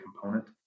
component